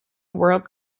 world